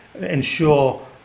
ensure